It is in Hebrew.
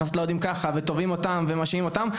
לאוהדים ככה ותובעים אותם ומשהים אותם,